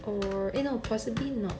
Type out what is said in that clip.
or eh no possibly not